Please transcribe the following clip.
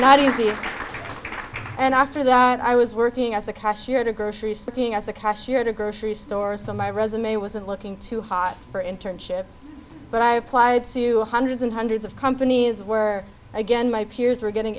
not easy and after that i was working as a cashier groceries looking as a cashier at a grocery store so my resume wasn't looking too hot for internships but i applied to hundreds and hundreds of companies where again my peers were getting